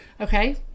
Okay